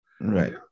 Right